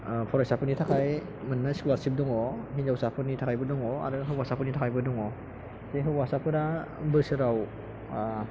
फरायसाफोरनि थाखाय मोननै स्क'लारशिप दङ हिनजावसाफोरनि थाखायबो दङ आरो हौवासाफोरनि थाखायबो दङ बे हौवासाफोरा बोसोराव